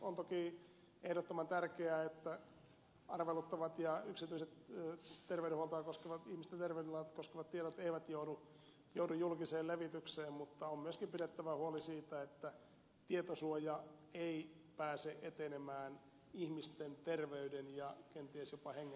on toki ehdottoman tärkeää että arveluttavat ja yksityiset ihmisten terveydenhuoltoa koskevat tiedot eivät joudu julkiseen levitykseen mutta on myöskin pidettävä huoli siitä että tietosuoja ei pääse etenemään ihmisten terveyden ja kenties jopa hengen säilymisen edelle